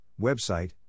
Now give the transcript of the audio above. Website